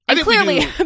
clearly